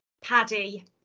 Paddy